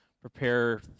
prepare